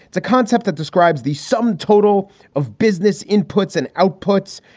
it's a concept that describes the sum total of business inputs and outputs.